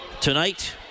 tonight